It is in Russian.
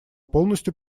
полностью